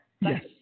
Yes